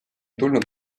tulnud